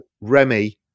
Remy